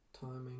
Timing